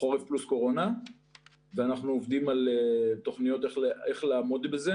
חורף פלוס קורונה ואנחנו עובדים על תכניות איך לעמוד בזה.